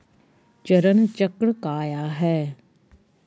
चरण चक्र काया है?